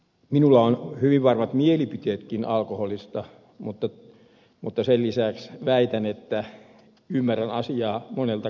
minulla on hyvin varmat mielipiteetkin alkoholista mutta sen lisäksi väitän että ymmärrän asiaa monelta kannalta